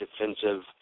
defensive